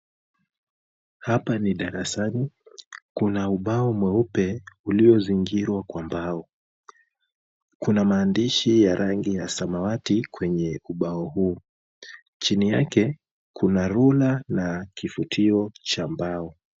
Hapa ni darasani, kuna ubao mweupe uliozingirwa kwa mbao, kuna maandishi ya rangi ya samawati kwenye ubao huu ,chini yake kuna ruler na kifutio cha mbao .